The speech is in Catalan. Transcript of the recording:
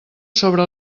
sobre